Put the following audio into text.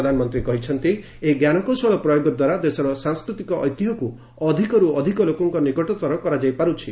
ପ୍ରଧାନମନ୍ତ୍ରୀ କହିଛନ୍ତି ଏହି ଜ୍ଞାନକୌଶଳ ପ୍ରୟୋଗଦ୍ୱାରା ଦେଶର ସାଂସ୍କୃତିକ ଐତିହ୍ୟକୁ ଅଧିକରୁ ଅଧିକ ଲୋକଙ୍କ ନିକଟତର କରାଯାଇପାରୁଛି